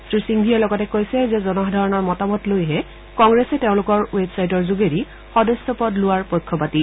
শ্ৰীসিংভিয়ে লগতে কৈছে যে জনসাধাৰণৰ মতামত লৈহে কংগ্ৰেছে তেওঁলোকৰ ৱেবচাইটৰ যোগেদি সদস্য পদ লোৱাৰ পক্ষপাতী